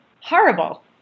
horrible